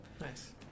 nice